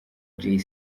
jay